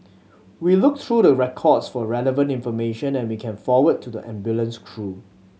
we look through the records for relevant information that we can forward to the ambulance crew